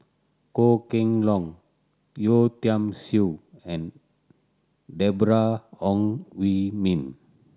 Goh Kheng Long Yeo Tiam Siew and Deborah Ong Hui Min